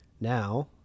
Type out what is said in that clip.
now